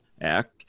Act